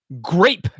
Grape